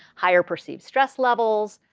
higher perceived stress levels,